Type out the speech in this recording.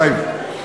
חיים.